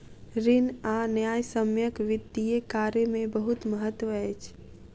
ऋण आ न्यायसम्यक वित्तीय कार्य में बहुत महत्त्व अछि